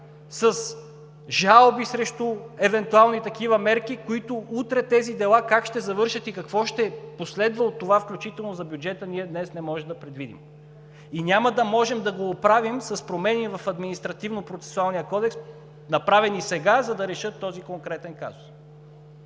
с жалби срещу евентуални такива мерки, които утре – тези дела как ще завършат и какво ще последва от това, включително за бюджета, ние днес не може да предвидим? И няма да може да го оправим с промени в Административнопроцесуалния кодекс, направени сега, за да решат този конкретен казус.